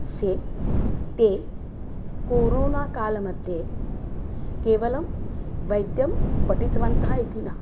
से ते कोरोना कालमध्ये केवलं वैद्यं पठितवन्तः इति न